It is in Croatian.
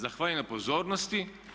Zahvaljujem na pozornosti.